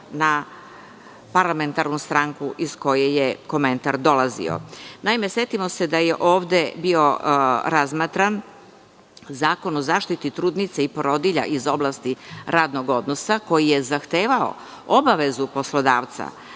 na parlamentarnu stranku iz koje je komentar dolazio. Naime, setimo se da je ovde bio razmatran Zakon o zaštiti trudnica i porodilja iz oblasti radnog odnosa, koji je zahtevao obavezu poslodavca